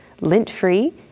lint-free